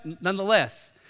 nonetheless